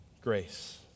grace